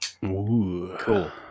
cool